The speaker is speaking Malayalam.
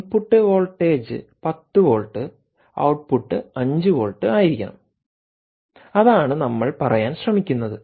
input voltage 10 volt output 5 volt ആയിരിക്കണം അതാണ് നമ്മൾ പറയാൻ ശ്രമിക്കുന്നത്